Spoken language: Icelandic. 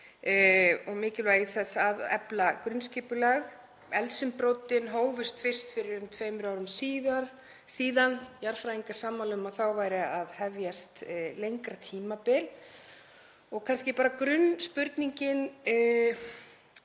og mikilvægis þess að efla grunnskipulag. Eldsumbrotin hófust fyrst fyrir um tveimur árum síðan. Jarðfræðingar voru sammála um að þá væri að hefjast lengra tímabil eldsumbrota. Grunnspurningin